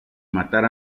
matar